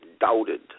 doubted